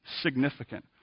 significant